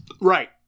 Right